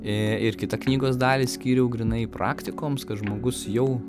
ee ir kitą knygos dalį skyriau grynai praktikoms kad žmogus jau